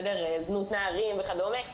כגון זנות נערים וכדומה.